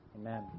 Amen